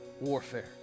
warfare